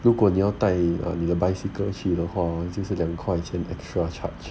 如果你要带你的 bicycle 去的话就是两块钱 extra charge